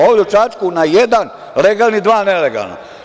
Ovde u Čačku na jedan legalni dva nelegalna.